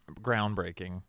groundbreaking